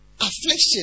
affliction